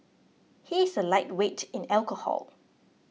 he is a lightweight in alcohol